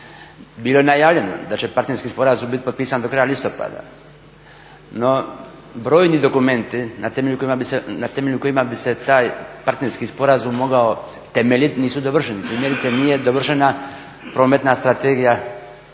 Bilo je najavljeno da će partnerski sporazum biti potpisan do kraja listopada, no brojni dokumenti na temelju kojih bi se taj partnerski sporazum mogao temeljiti nisu dovršeni. Primjerice nije dovršena Prometna strategija